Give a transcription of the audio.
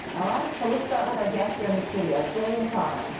all right? so let's start with our guests here in the studio. jay and tara.